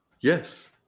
Yes